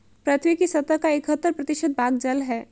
पृथ्वी की सतह का इकहत्तर प्रतिशत भाग जल है